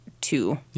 two